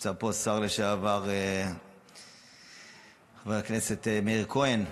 נמצא פה השר לשעבר חבר הכנסת מאיר כהן,